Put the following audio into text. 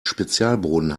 spezialboden